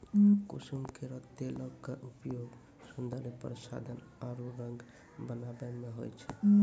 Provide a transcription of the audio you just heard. कुसुम केरो तेलो क उपयोग सौंदर्य प्रसाधन आरु रंग बनावै म होय छै